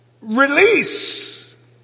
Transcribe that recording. release